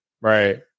right